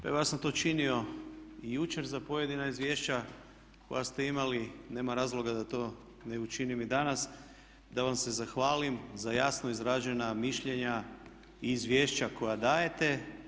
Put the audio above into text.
Pa evo ja sam to činio i jučer za pojedina izvješća koja ste imali, nema razloga da to ne učinim i danas, da vam se zahvalim za jasno izražena mišljenja i izvješća koja dajete.